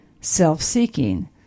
self-seeking